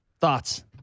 Thoughts